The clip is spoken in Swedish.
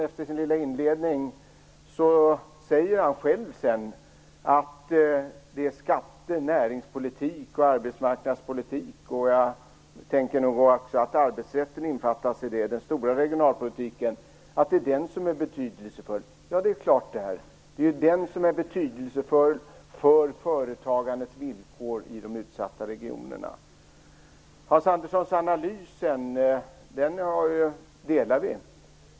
Efter sin lilla inredning säger sedan Hans Andersson själv att det är skatter, näringspolitik och arbetsmarknadspolitik - och jag tänker nog också att arbetsrätten innefattas i det - alltså den "stora" regionalpolitiken, som är betydelsefull. Det är klart att det är det! Det är ju den som är betydelsefull för företagandets villkor i de utsatta regionerna. Hans Anderssons analys sedan delar vi.